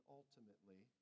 ultimately